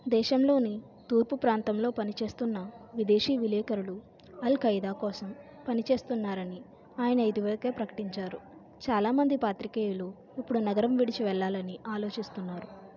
దేశంలోని తూర్పు ప్రాంతంలో పని చేస్తున్న విదేశీ విలేఖరులు అల్ఖైదా కోసం పనిచేస్తున్నారని ఆయన ఇదివరకే ప్రకటించారు చాలా మంది పాత్రికేయులు ఇప్పుడు నగరం విడిచి వెళ్ళాలని ఆలోచిస్తున్నారు